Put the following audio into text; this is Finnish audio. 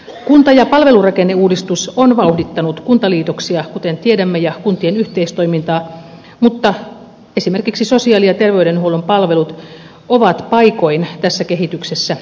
kunta ja palvelurakenneuudistus on vauhdittanut kuntaliitoksia kuten tiedämme ja kuntien yhteistoimintaa mutta esimerkiksi sosiaali ja terveydenhuollon palvelut ovat paikoin tässä kehityksessä jakautuneet